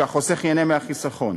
שהחוסך ייהנה מהחיסכון,